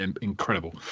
incredible